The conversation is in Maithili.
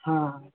हँ